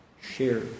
Share